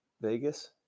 Vegas